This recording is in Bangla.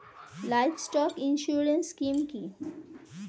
লাইভস্টক ইন্সুরেন্স স্কিম কি?